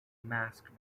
masked